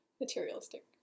materialistic